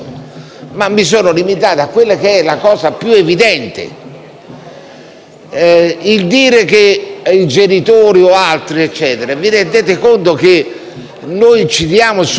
siano i genitori o altri, vi rendete conto che noi incidiamo sulla qualità della vita di un minore che ha già compiuto gli anni sedici?